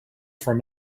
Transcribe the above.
from